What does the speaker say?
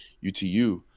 UTU